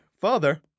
father